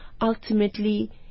ultimately